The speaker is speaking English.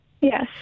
Yes